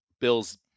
Bill's